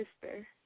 sister